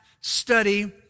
study